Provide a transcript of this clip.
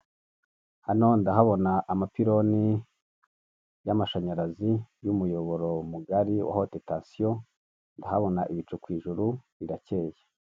Hano ndahabona amapiloni y’ amashanyarazi y’ umuyoboro mugari wa hot atetation ndahabona ibicu ku ijuru birarakeye.